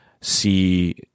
see